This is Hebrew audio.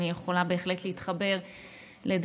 אני יכולה בהחלט להתחבר לדברייך,